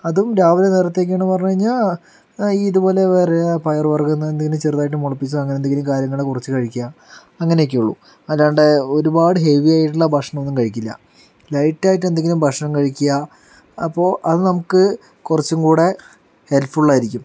അതും രാവിലെ നേരത്തേയ്ക്കെന്ന് പറഞ്ഞ് കഴിഞ്ഞാൽ ഈ ഇത് പോലെ വേറെ പയർ വർഗ്ഗങ്ങളെന്തേലും ചെറുതായിട്ട് മുളപ്പിച്ചത് അങ്ങനെന്തേലും കാര്യങ്ങള് കുറച്ച് കഴിക്കാ അങ്ങനെയൊക്കെയുള്ളൂ അല്ലാണ്ട് ഒരുപാട് ഹെവി ആയിട്ടുള്ള ഭക്ഷണം ഒന്നും കഴിക്കില്ല ലൈറ്റ് ആയിട്ട് എന്തെങ്കിലും ഭക്ഷണം കഴിക്കുക അപ്പോൾ അത് നമുക്ക് കുറച്ചും കൂടെ ഹെൽത്ത് ഫുൾ ആയിരിക്കും